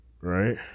Right